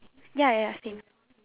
ya ya ya same